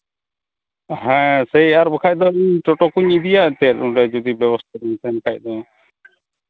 ᱦᱮᱸ ᱥᱮᱭ ᱟᱨ ᱵᱟᱠᱷᱟᱱ ᱫᱚ ᱤᱧ ᱴᱳᱴᱳ ᱠᱩᱧ ᱤᱫᱤᱭᱟ ᱮᱱᱛᱮᱫ ᱚᱸᱰᱮ ᱡᱩᱫᱤ ᱵᱮᱵᱚᱥᱛᱷᱟ ᱵᱟᱝ ᱛᱟᱦᱮᱱ ᱠᱷᱟᱱ ᱫᱚ